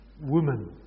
Woman